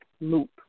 loop